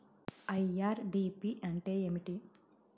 IRDP అంటే ఏమిటి?